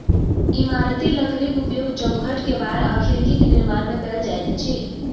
इमारती लकड़ीक उपयोग चौखैट, केबाड़ आ खिड़कीक निर्माण मे कयल जाइत अछि